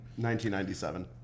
1997